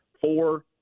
four